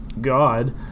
god